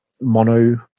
mono